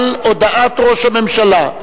על הודעת ראש הממשלה,